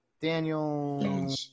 Daniel